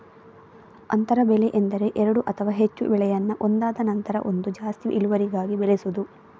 ಅಂತರ ಬೆಳೆ ಎಂದರೆ ಎರಡು ಅಥವಾ ಹೆಚ್ಚು ಬೆಳೆಯನ್ನ ಒಂದಾದ ನಂತ್ರ ಒಂದು ಜಾಸ್ತಿ ಇಳುವರಿಗಾಗಿ ಬೆಳೆಸುದು